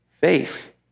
faith